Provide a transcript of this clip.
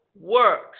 works